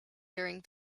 during